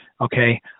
okay